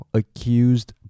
accused